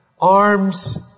arms